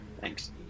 Thanks